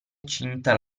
cinta